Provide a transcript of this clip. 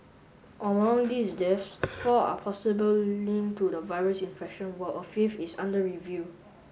among these deaths four are possible link to the virus infection while a fifth is under review